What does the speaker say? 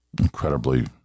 Incredibly